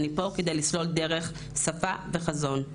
אני פה כדי לסלול דרך, שפה, וחזון.